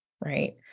right